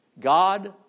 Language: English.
God